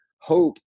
hope